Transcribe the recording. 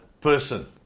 person